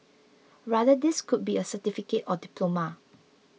rather this could be a certificate or diploma